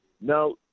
Now